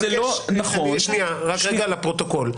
--- רגע, לפרוטוקול.